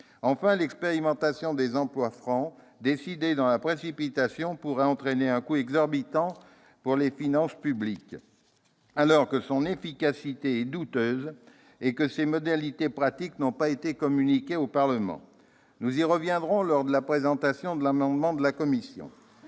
l'expérimentation des emplois francs, décidée dans la précipitation, pourrait entraîner un coût exorbitant pour les finances publiques, alors que son efficacité est douteuse et que ses modalités pratiques n'ont pas été communiquées au Parlement. Nous y reviendrons lors de la présentation de l'amendement de la commission